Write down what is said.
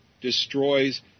destroys